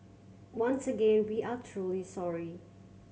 once again we are truly sorry